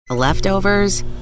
Leftovers